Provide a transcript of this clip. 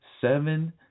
seven